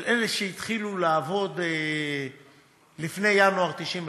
של אלה שהתחילו לעבוד לפני ינואר 1995,